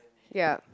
ya